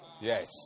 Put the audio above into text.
Yes